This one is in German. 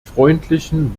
freundlichen